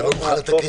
שלא נוכל לתקן.